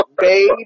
Baby